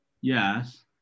Yes